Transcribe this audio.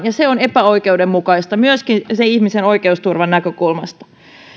ja se on epäoikeudenmukaista myöskin sen ihmisen oikeusturvan näkökulmasta